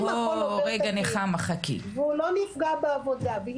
אם הוא לא נפגע בעבודה.